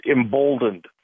emboldened